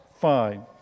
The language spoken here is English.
fine